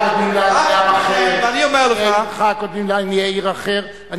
עניי עירך קודמים לעניי עיר אחרת,